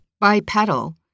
Bipedal